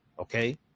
okay